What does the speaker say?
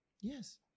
yes